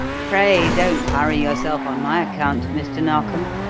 pray, don't hurry yourself on my account, mr. narkom,